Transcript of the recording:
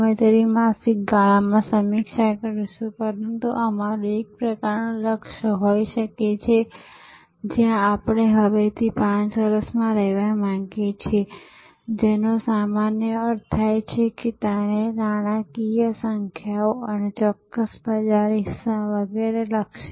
આવક વગેરેની સારી રીતે ચર્ચા કરવામાં આવી છે અને જો તમારે આખી પ્રક્રિયાનું અવલોકન કરવું હોય તો તમારે You Tube પર જવું જોઈએ અથવા Google પર જવું જોઈએ અને તમને સામગ્રીનો ભંડાર મળી શકે છે અને તમે ખરેખર આખી વસ્તુ જે થઈ રહી છે તે જોઈ શકશો